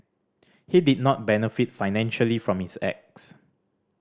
he did not benefit financially from his acts